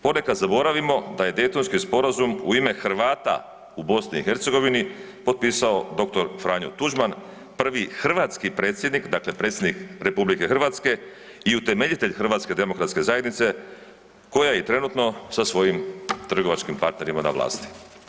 Ponekad zaboravimo da je Daytonski sporazum u ime Hrvata u BiH potpisao dr. Franjo Tuđman, prvi hrvatski predsjednik, dakle RH i utemeljitelj HDZ-a koja je trenutno sa svojim trgovačkim partnerima na vlasti.